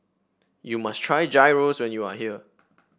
you must try Gyros when you are here